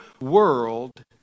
world